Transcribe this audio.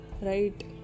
right